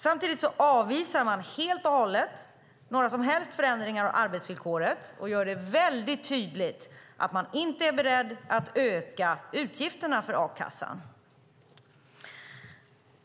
Samtidigt avvisar man helt och hållet några som helst förändringar av arbetsvillkoret och gör det väldigt tydligt att man inte är beredd att öka utgifterna för a-kassan.